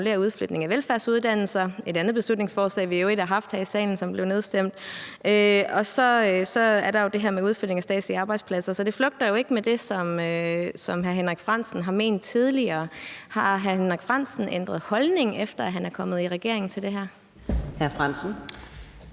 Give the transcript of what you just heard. at annullere udflytningen af velfærdsuddannelser. Det vedrører i øvrigt et andet beslutningsforslag, vi har haft her i salen, som blev nedstemt. Og så er der jo det her med udflytningen af statslige arbejdspladser. Så det flugter jo ikke med det, som hr. Henrik Frandsen har ment tidligere. Har hr. Henrik Frandsen ændret holdning til det her, efter at han er kommet i regering? Kl. 14:54 Fjerde